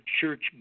church